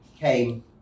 came